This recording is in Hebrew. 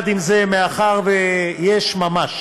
מאחר שיש ממש